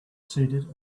seated